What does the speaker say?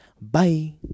Bye